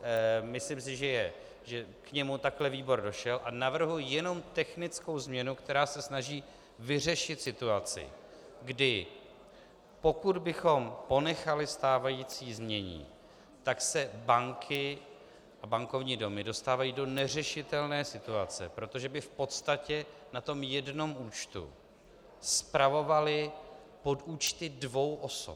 Myslím si, že k němu takhle výbor došel, a navrhuji jenom technickou změnu, která se snaží vyřešit situaci, kdy pokud bychom ponechali stávající znění, tak se banky a bankovní domy dostávají do neřešitelné situace, protože by v podstatě na tom jednom účtu spravovaly podúčty dvou osob.